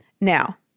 Now